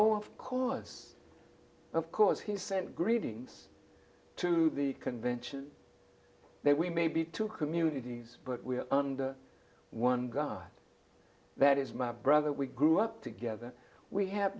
because of course he sent greetings to the convention that we may be two communities but we are under one god that is my brother we grew up together we have